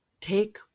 take